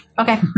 Okay